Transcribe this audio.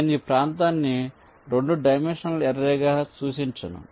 నేను ఈ ప్రాంతాన్ని 2 డైమెన్షనల్ అర్రేగా సూచించను